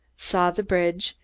saw the bridge,